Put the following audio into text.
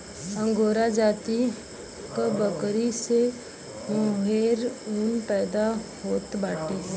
angora जाति क बकरी से मोहेर ऊन पैदा होत बाटे